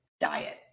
diet